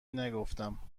نگفتم